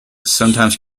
sometimes